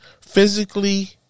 physically